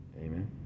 Amen